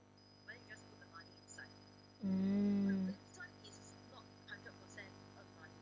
mm